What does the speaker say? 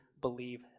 believe